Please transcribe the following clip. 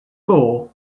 four